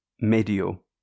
medio